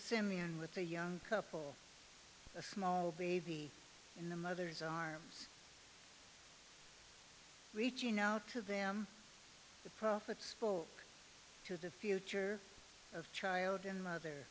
simian with a young couple a small baby in the mother's arms reaching out to them the prophets spoke to the future of child and mothe